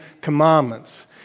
Commandments